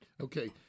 Okay